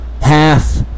half